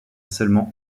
seulement